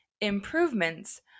improvements